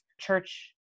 church